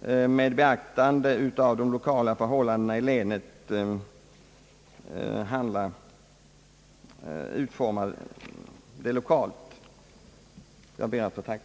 att beakta de särskilda förhållanden som kan råda i landet.»